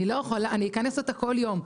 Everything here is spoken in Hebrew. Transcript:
אני אכנס אותה כל יום.